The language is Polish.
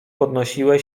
podnosiły